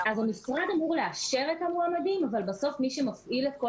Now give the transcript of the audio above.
המשרד אמור לאשר את המועמדים אבל בסוף מי שמפעיל את כל